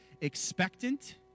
expectant